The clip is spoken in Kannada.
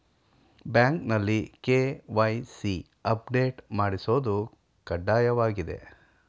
ಬ್ಯಾಂಕ್ನಲ್ಲಿ ಕೆ.ವೈ.ಸಿ ಅಪ್ಡೇಟ್ ಮಾಡಿಸೋದು ಕಡ್ಡಾಯವಾಗಿದೆ